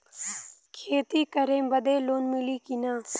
खेती करे बदे लोन मिली कि ना?